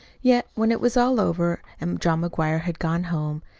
yet, when it was all over, and john mcguire had gone home,